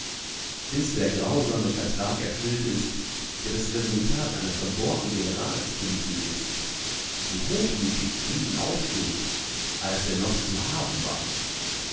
bis der grausame vertrag erfüllt ist der das resultat einer verbohrten generalspolitik ist die hochmütig frieden ausschlug als er noch zu haben war